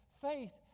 faith